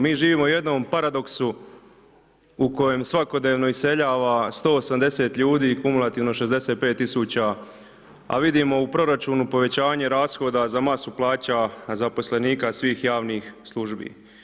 Mi živimo u jednom paradoksu u kojem svakodnevno iseljava 180 ljudi, kumulativno 65000, a vidimo u proračunu povećanje rashoda za masu plaća zaposlenika svih javnih službi.